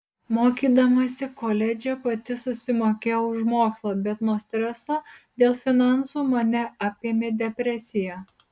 mokydamasi koledže pati susimokėjau už mokslą bet nuo streso dėl finansų mane apėmė depresija